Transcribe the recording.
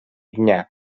дня